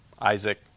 Isaac